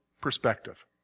perspective